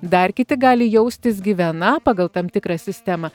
dar kiti gali jaustis gyveną pagal tam tikrą sistemą